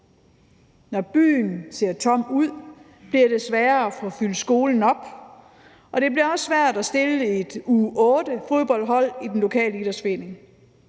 Når byen ser tom ud, bliver det sværere at få fyldt skolen op, og det bliver også svært at stille et U8-fodboldhold i den lokale idrætsforening.